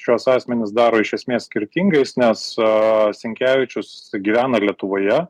šiuos asmenis daro iš esmės skirtingais nes sinkevičius gyvena lietuvoje